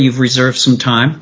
you've reserve some time